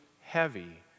heavy